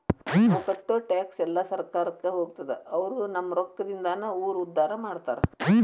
ನಾವ್ ಕಟ್ಟೋ ಟ್ಯಾಕ್ಸ್ ಎಲ್ಲಾ ಸರ್ಕಾರಕ್ಕ ಹೋಗ್ತದ ಅವ್ರು ನಮ್ ರೊಕ್ಕದಿಂದಾನ ಊರ್ ಉದ್ದಾರ ಮಾಡ್ತಾರಾ